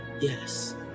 Yes